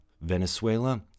Venezuela